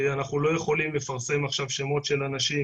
אנחנו לא יכולים לפרסם עכשיו שמות של אנשים,